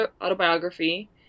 autobiography